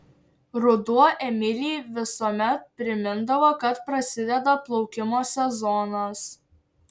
ruduo emilijai visuomet primindavo kad prasideda plaukimo sezonas